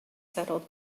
settled